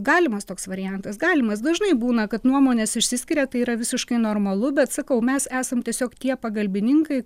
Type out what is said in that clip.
galimas toks variantas galimas dažnai būna kad nuomonės išsiskiria tai yra visiškai normalu bet sakau mes esam tiesiog tie pagalbininkai